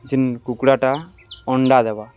ଯେନ୍ କୁକୁଡ଼ାଟା ଅଣ୍ଡା ଦେବା